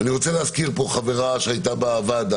ואני רוצה להזכיר פה חברה שהייתה בוועדה,